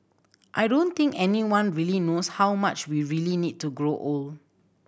I don't think anyone really knows how much we really need to grow old